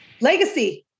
Legacy